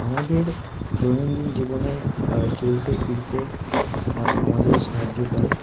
আমাদের দৈনন্দিন জীবনে চলতে ফিরতে আমাদের সাহায্য করে